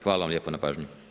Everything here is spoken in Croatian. Hvala vam lijepa na pažnji.